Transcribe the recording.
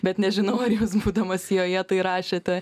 bet nežinau ar jūs būdamas joje tai rašėte